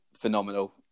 phenomenal